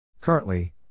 Currently